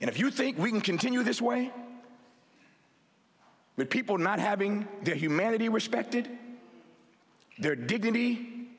and if you think we can continue this way with people not having their humanity respected their d